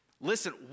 Listen